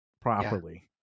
properly